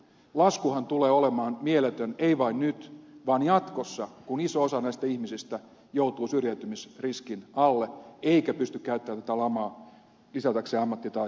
laskuhan tulee olemaan mieletön ei vain nyt vaan jatkossa kun iso osa näistä ihmisistä joutuu syrjäytymisriskin alle eikä pysty käyttämään tätä lamaa lisätäkseen ammattitaitoansa